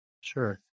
Sure